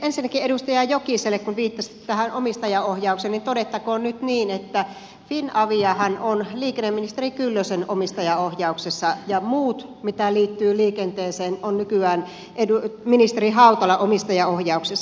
ensinnäkin edustaja jokiselle kun viittasitte tähän omistajaohjaukseen todettakoon nyt niin että finaviahan on liikenneministeri kyllösen omistajaohjauksessa ja muut mitä liittyy liikenteeseen ovat nykyään ministeri hautalan omistajaohjauksessa